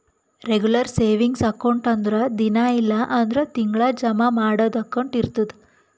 regular savings account ಅಂದುರ್ ದಿನಾ ಇಲ್ಲ್ ಅಂದುರ್ ತಿಂಗಳಾ ಜಮಾ ಮಾಡದು ಅಕೌಂಟ್ ಇರ್ತುದ್